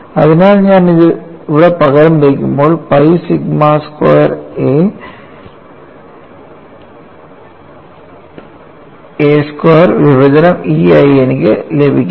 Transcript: അതിനാൽ ഞാൻ ഇവിടെ പകരം വയ്ക്കുമ്പോൾ pi sigma square a square വിഭജനം E ആയി എനിക്ക് ലഭിക്കുന്നു